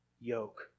yoke